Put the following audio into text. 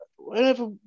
Whenever